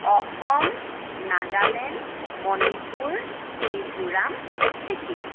Assam Nagaland Manipur Mizoram Sikkim